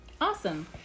Awesome